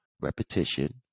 repetition